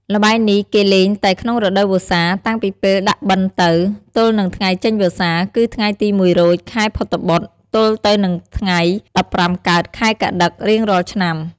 ល្បែងនេះ គេលេងតែក្នុងរដូវវស្សា តាំងពីពេលដាក់បិណ្ឌទៅ ទល់នឹងថ្ងៃចេញវស្សា គឺពីថ្ងៃ ១ រោច ខែភទ្របទ ទៅទល់នឹងថៃ ១៥ កើត ខែកត្តិក រៀងរាល់ឆ្នាំ ។